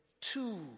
two